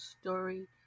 story